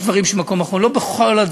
מה?